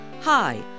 Hi